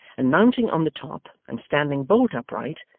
and mounting on the top and standing bolt upright,